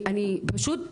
פשוט